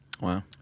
Wow